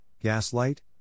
gaslight